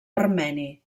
armeni